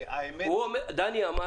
דני אמר